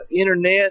internet